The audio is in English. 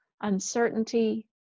uncertainty